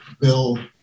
Bill